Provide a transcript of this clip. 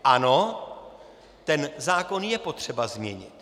Ano, ten zákon je potřeba změnit.